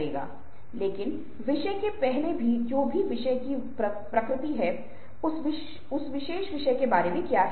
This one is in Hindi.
आज हम विज़ुअल्स और मल्टीमीडिया की दिशा में अधिक से अधिक झुकाव कर रहे हैं